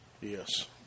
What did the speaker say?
Yes